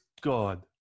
God